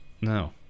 no